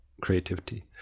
creativity